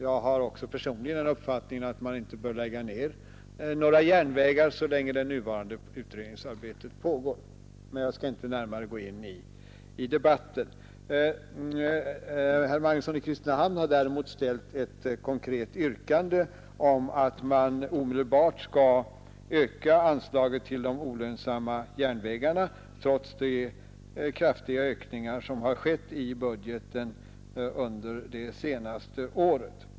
Jag har personligen också den uppfattningen att man inte bör lägga ned några järnvägar så länge det nuvarande utredningsarbetet pågår. Herr Magnusson i Kristinehamn har däremot ställt ett konkret yrkande om att man omedelbart skall öka anslaget till de olönsamma järnvägarna — detta trots de kraftiga ökningar som skett i budgeten under det senaste året.